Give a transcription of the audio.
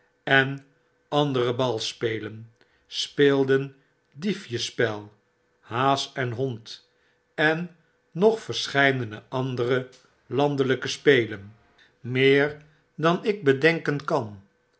en andere balspelen speelden diefjesspel haas en hond en nog verscheidene andere landelyke spelen meer dan ik bedenken kan